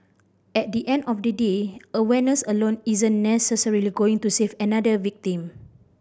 at the end of the day awareness alone isn't necessarily going to save another victim